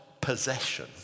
possession